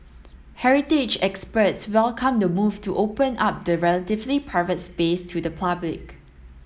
heritage experts welcomed the move to open up the relatively private space to the public